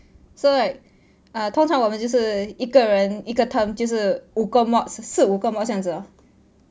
so like ah 通常我们就是一个人一个 term 就是五个 mods 四五个 mods 这样子 hor